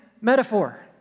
Metaphor